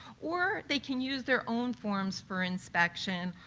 or they can use their own forms for inspection,